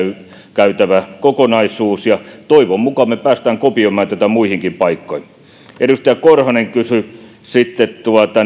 käytävä kokonaisuus ja toivon mukaan me pääsemme kopioimaan tätä muihinkin paikkoihin edustaja korhonen kysyi sitten